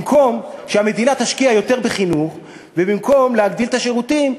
במקום שהמדינה תשקיע יותר בחינוך ובמקום להגדיל את השירותים,